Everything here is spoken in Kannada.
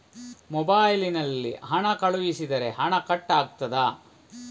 ಮೊಬೈಲ್ ನಲ್ಲಿ ಹಣ ಕಳುಹಿಸಿದರೆ ಹಣ ಕಟ್ ಆಗುತ್ತದಾ?